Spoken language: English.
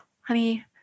honey